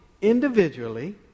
individually